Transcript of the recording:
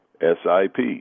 S-I-P